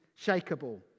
shakable